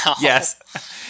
Yes